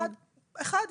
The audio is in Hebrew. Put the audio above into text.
אחת,